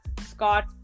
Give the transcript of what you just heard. Scott